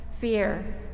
fear